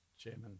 chairman